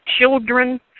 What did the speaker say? children